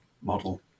model